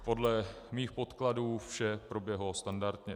Podle mých podkladů vše proběhlo standardně.